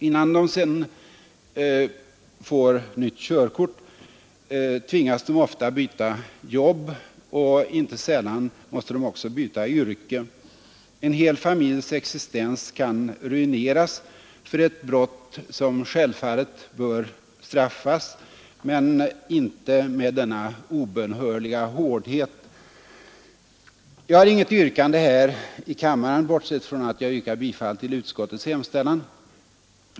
Innan de sedan får nytt körkort tvingas de ofta byta jobb, och inte sällan måste de också byta yrke. En hel familjs existens kan ruineras för ett brott som självfallet bör straffas men inte med denna obönhörliga hårdhet. Jag har inget annat yrkande än om bifall till utskottets hemställan.